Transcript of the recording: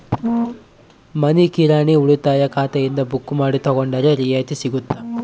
ಮನಿ ಕಿರಾಣಿ ಉಳಿತಾಯ ಖಾತೆಯಿಂದ ಬುಕ್ಕು ಮಾಡಿ ತಗೊಂಡರೆ ರಿಯಾಯಿತಿ ಸಿಗುತ್ತಾ?